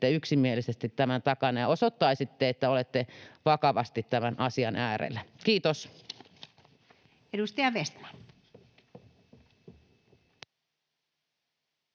yksimielisesti tämän takana ja osoittaisitte, että olette vakavasti tämän asian äärellä. — Kiitos.